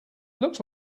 looks